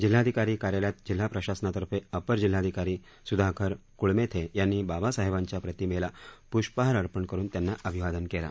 जिल्हाधिकारी कार्यालयात जिल्हा प्रशासनातर्फे अपर जिल्हाधिकारी सुधाकर कुळमेथे यांनी बाबासाहेबांच्या प्रतिमेला पुष्पहार अर्पण करुन त्यांना अभिवादन केलं